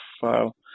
file